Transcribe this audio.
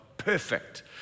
Perfect